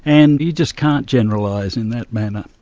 and you just can't generalise in that manner.